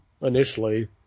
initially